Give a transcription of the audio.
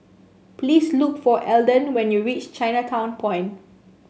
please look for Elden when you reach Chinatown Point